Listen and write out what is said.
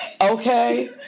Okay